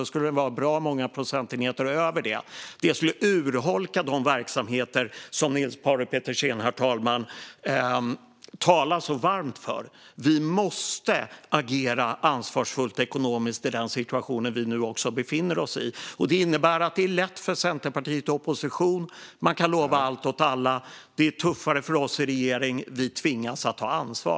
Då skulle den vara bra många procentenheter över det. Det skulle urholka de verksamheter som Niels Paarup-Petersen talar så varmt om. Vi måste agera ekonomiskt ansvarsfullt i den situation vi nu befinner oss i. Det innebär att det är lätt för Centerpartiet i opposition. Man kan lova allt åt alla. Det är tuffare för oss i regeringen. Vi tvingas att ta ansvar.